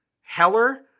Heller